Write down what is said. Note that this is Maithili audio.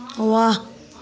वाह